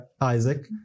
Isaac